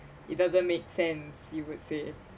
it doesn't make sense you would say